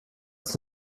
ist